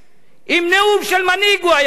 עם נאום של מנהיג הוא היה עומד פה.